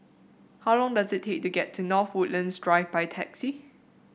how long does it take to get to North Woodlands Drive by taxi